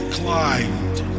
climbed